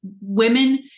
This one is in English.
women